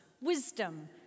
wisdom